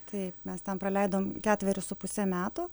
taip mes ten praleidom ketverius su puse metų